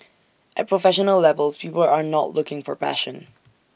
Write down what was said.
at professional levels people are not looking for passion